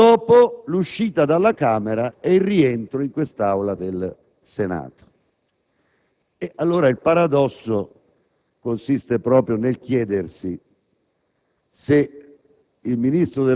lievitati a 31,3 miliardi dopo l'uscita del provvedimento dalla Camera e il rientro in quest'Aula del Senato.